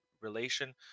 relation